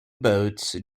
boats